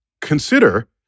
Consider